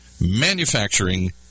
Manufacturing